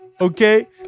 okay